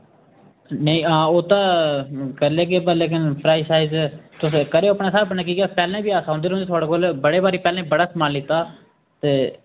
नेईं हां ओह् ते ऐ करी लैह्गे पर लेकिन प्राइस शाइस तुस करेओ अपने स्हाबै नै की के अस पैह्लें बी औंदे रौंह्दे हे थुआढ़े कोल बड़े बारी पैह्लें बड़ा समान लैता ते